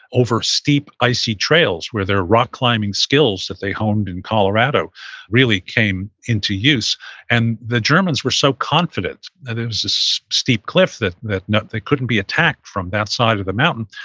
over steep, icy trails, where their rock-climbing skills that they honed in colorado really came into use and the germans were so confident that it was this steep cliff, that that they couldn't be attacked from that side of the mountain,